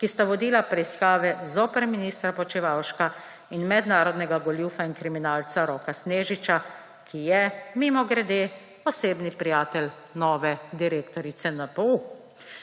ki sta vodila preiskave zoper ministra Počivalška in mednarodnega goljufa in kriminalca Roka Snežiča, ki je, mimogrede, osebni prijatelj nove direktorice NPU.